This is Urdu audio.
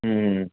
ہوں